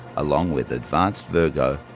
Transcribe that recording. along with advanced virgo,